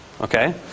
okay